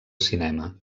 cinema